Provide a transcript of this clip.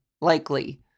likely